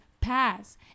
pass